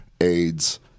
AIDS